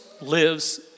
lives